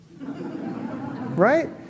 Right